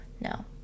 No